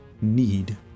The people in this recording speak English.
Need